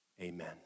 amen